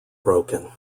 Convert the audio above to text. broken